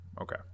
Okay